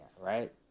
right